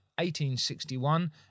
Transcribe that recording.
1861